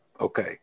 okay